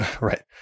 Right